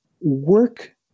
work